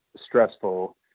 stressful